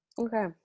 Okay